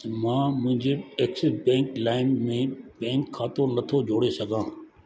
मां मुंहिंजे Axis bank लाइम में बैंक खातो नथो जोड़े सघां